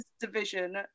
Division